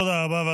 תודה רבה.